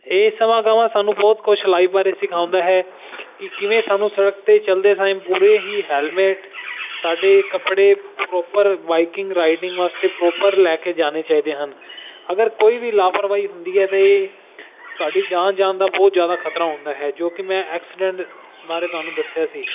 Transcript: ਇਹ ਸਮਾਗਾਮਾਂ ਸਾਨੂੰ ਬਹੁਤ ਕੁਝ ਲਾਈਵ ਬਾਰੇ ਸਿਖਾਉਂਦਾ ਹੈ ਕਿ ਕਿਵੇਂ ਸਾਨੂੰ ਸੜਕ 'ਤੇ ਚਲਦੇ ਸਮੇਂ ਪੂਰੇ ਹੀ ਹੈਲਮੇਟ ਸਾਡੇ ਕੱਪੜੇ ਪ੍ਰੋਪਰ ਬਾਈਕਿੰਗ ਰਾਈਡਿੰਗ ਵਾਸਤੇ ਪ੍ਰੋਪਰ ਲੈ ਕੇ ਜਾਣੇ ਚਾਹੀਦੇ ਹਨ ਅਗਰ ਕੋਈ ਵੀ ਲਾਪਰਵਾਹੀ ਹੁੰਦੀ ਹੈ ਅਤੇ ਤੁਹਾਡੀ ਜਾਨ ਜਾਣ ਦਾ ਬਹੁਤ ਜ਼ਿਆਦਾ ਖਤਰਾ ਹੁੰਦਾ ਹੈ ਜੋ ਕਿ ਮੈਂ ਐਕਸੀਡੈਂਟ ਬਾਰੇ ਤੁਹਾਨੂੰ ਦੱਸਿਆ ਸੀ